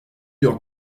heure